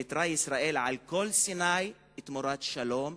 ישראל ויתרה על כל סיני תמורת שלום.